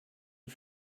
are